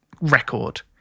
record